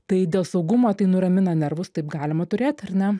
tai dėl saugumo tai nuramina nervus taip galima turėt ar ne